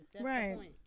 Right